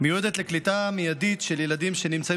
מיועדת לקליטה מיידית של ילדים שנמצאים